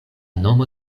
nomo